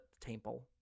temple